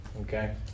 okay